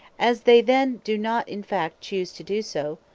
as they then do not in fact choose to do so,